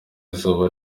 izuba